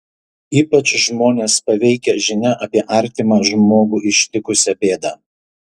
ypač žmones paveikia žinia apie artimą žmogų ištikusią bėdą